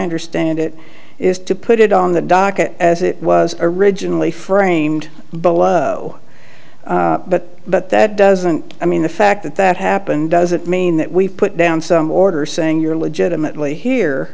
understand it is to put it on the docket as it was originally framed bolo but but that doesn't i mean the fact that that happened doesn't mean that we put down some order saying you're legitimately